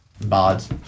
bards